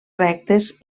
rectes